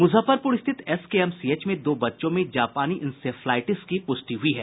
मुजफ्फरपुर स्थित एसकेएमसीएच में दो बच्चों में जापानी इंसेफ्लाइटिस की पुष्टि हुई है